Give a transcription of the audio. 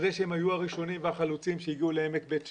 על זה שהם היו הראשונים והחלוצים שהגיעו לעמק בית שאן.